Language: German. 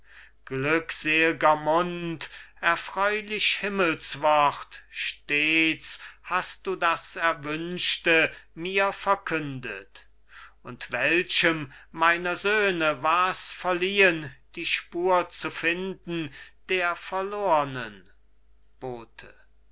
erfreulich himmelswort stets hast du das erwünschte mir verkündet und welchem meiner söhne war's verliehn die spur zu finden der verlornen bote